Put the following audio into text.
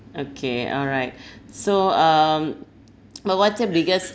okay alright so um my biggest